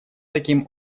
таким